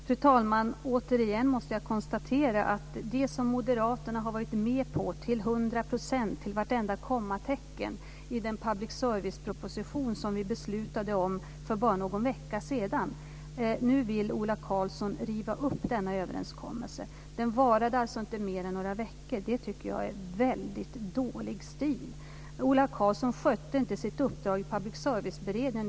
Fru talman! Återigen måste jag konstatera att moderaterna har varit med till 100 %- till vartenda kommatecken - på den public service-proposition som vi beslutade om för bara någon vecka sedan. Nu vill Ola Karlsson riva upp denna överenskommelse. Den varade alltså inte mer än några veckor. Det tycker jag är väldigt dålig stil. Ola Karlsson skötte inte sitt uppdrag i Public service-beredningen.